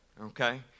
Okay